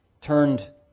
turned